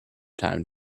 time